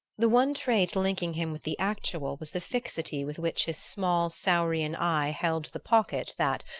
the one trait linking him with the actual was the fixity with which his small saurian eye held the pocket that,